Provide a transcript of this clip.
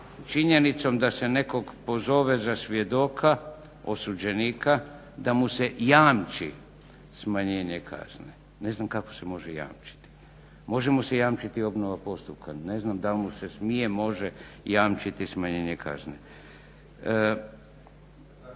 činjenicom da se nekog pozove za svjedoka osuđenika da mu se jamči smanjenje kazne. Ne znam kako se može jamčiti. Može mu se jamčiti obnova postupka, ne znam da li mu se smije, može jamčiti smanjenje kazne. Članak